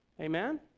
Amen